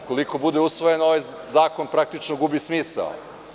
Ukoliko bude usvojen, ovaj zakon praktično gubi smisao.